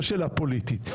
לא שאלה פוליטית.